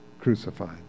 crucified